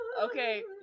Okay